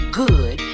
good